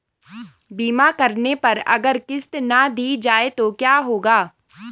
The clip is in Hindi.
बीमा करने पर अगर किश्त ना दी जाये तो क्या होगा?